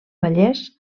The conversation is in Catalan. vallès